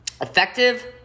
Effective